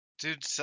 Dude